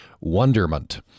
wonderment